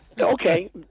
Okay